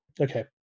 okay